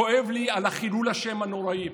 כואב לי על חילול השם הנוראי.